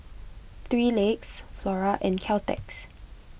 three Legs Flora and Caltex